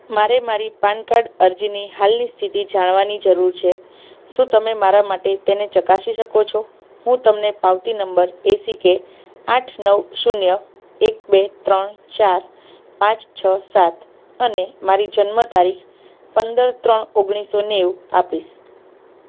મારે મારી PAN card અરજીની હાલની સ્થિતિ જાણવાની જરૂર છે શું તમે મારા માટે તેને ચકાસી શકો છો હું તમને પાવતી નંબર એસીકે આઠ નવ શૂન્ય એક બે ત્રણ ચાર પાંચ છ સાત અને મારી જન્મ તારીખ પંદર ત્રણ ઓગણીસો નેવું આપીશ